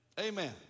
Amen